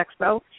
expo